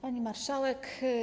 Pani Marszałek!